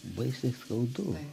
baisiai skauduliai